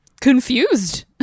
confused